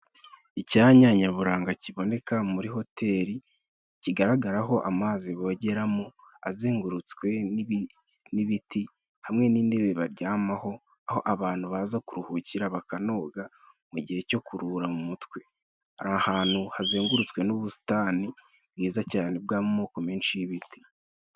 Icyanya nyaburanga kiboneka muri Hoteli. kigaragaraho amazi bogeramo azengurutswe n'ibiti hamwe n'intebe baryamaho. Aho abantu baza kuruhukira bakanoga mu gihe cyo kuruhura mu mutwe. Aha hantu hazengurutswe n'ubusitani ni heza cyane bw'amoko menshi y'ibiti.